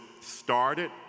started